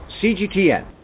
CGTN